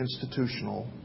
institutional